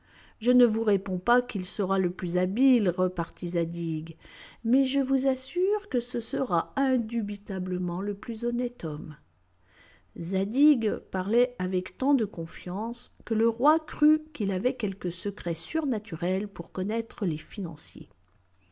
je ne vous réponds pas qu'il sera le plus habile repartit zadig mais je vous assure que ce sera indubitablement le plus honnête homme zadig parlait avec tant de confiance que le roi crut qu'il avait quelque secret surnaturel pour connaître les financiers